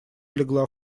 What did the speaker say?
легла